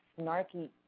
snarky